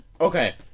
Okay